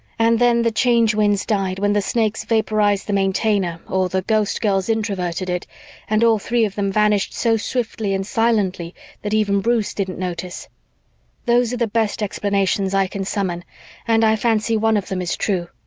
and then the change winds died when the snakes vaporized the maintainer or the ghostgirls introverted it and all three of them vanished so swiftly and silently that even bruce didn't notice those are the best explanations i can summon and i fancy one of them is true.